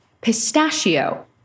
pistachio